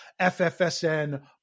FFSN